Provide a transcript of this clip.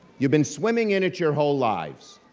you've been swimming in it your whole lives,